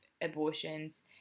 abortions